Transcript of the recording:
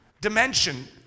dimension